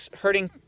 hurting